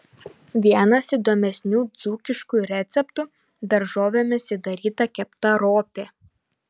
vienas įdomesnių dzūkiškų receptų daržovėmis įdaryta kepta ropė